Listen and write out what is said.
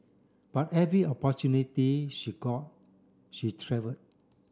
but every opportunity she got she travelled